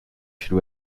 should